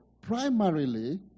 primarily